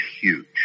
huge